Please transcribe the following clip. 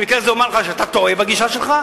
במקרה הזה אני אומר לך שאתה טועה בגישה שלך.